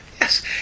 Yes